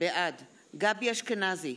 בעד גבי אשכנזי,